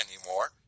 anymore